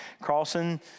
crossing